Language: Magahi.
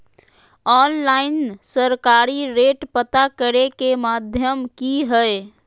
ऑनलाइन सरकारी रेट पता करे के माध्यम की हय?